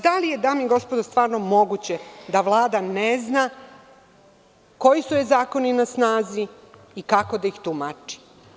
Da li je, dame i gospodo, stvarno moguće da Vlada ne zna koji su joj zakoni na snazi i kako da ih tumači?